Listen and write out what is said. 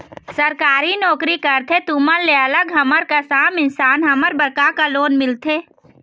सरकारी नोकरी करथे तुमन ले अलग हमर कस आम इंसान हमन बर का का लोन मिलथे?